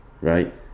Right